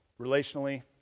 Relationally